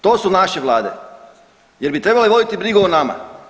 To su naše Vlade, jer bi trebale voditi brigu o nama.